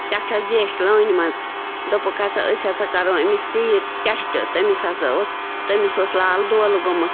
سٮ۪ٹھاہ زیچھہِ لٲنہِ منٛز دوٚپُکھ ہَسا أسۍ ہَسا کَرو أمِس ژیٖرۍ ٹیٚسٹہٕ تٔمِس ہَسا اوس تٔمِس اوس لال دولہٕ گوٚمُت